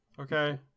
Okay